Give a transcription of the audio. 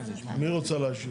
מי רוצה להשיב?